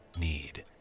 need